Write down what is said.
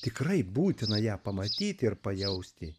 tikrai būtina ją pamatyti ir pajausti